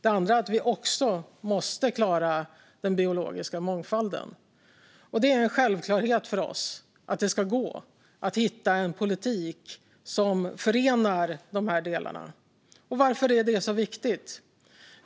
En annan är att vi också måste klara den biologiska mångfalden. Det är en självklarhet för oss att det ska gå att ta fram en politik som förenar de delarna. Varför är det så viktigt?